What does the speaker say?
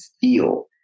feel